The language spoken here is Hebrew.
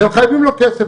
והם חייבים לו כסף,